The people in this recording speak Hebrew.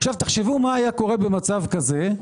תחשבו מה היה קורה במצב כזה,